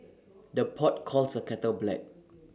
the pot calls the kettle black